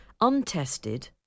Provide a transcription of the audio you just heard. untested